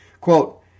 Quote